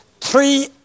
three